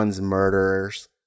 murderers